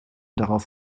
darauf